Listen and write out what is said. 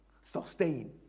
sustain